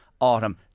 Autumn